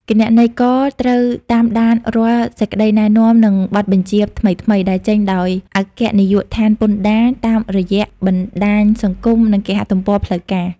គណនេយ្យករត្រូវតាមដានរាល់សេចក្តីណែនាំ និងបទបញ្ជាថ្មីៗដែលចេញដោយអគ្គនាយកដ្ឋានពន្ធដារតាមរយៈបណ្តាញសង្គម និងគេហទំព័រផ្លូវការ។